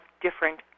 different